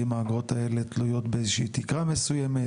האם האגרות האלה תלויות באיזושהי תקרה מסוימת?